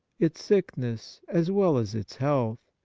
its sickness as well as its health,